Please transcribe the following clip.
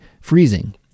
freezing